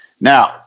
Now